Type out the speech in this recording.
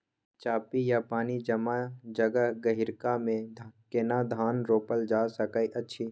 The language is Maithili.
चापि या पानी जमा जगह, गहिरका मे केना धान रोपल जा सकै अछि?